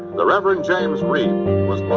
the reverend james reeb was